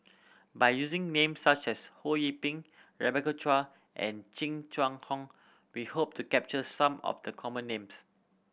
by using names such as Ho Yee Ping Rebecca Chua and Jing Chun Hong we hope to capture some of the common names